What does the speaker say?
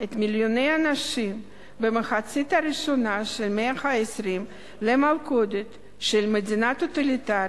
מיליוני אנשים למלכודת של מדינה טוטליטרית,